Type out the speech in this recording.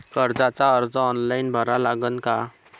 कर्जाचा अर्ज ऑनलाईन भरा लागन का?